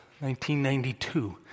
1992